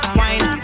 wine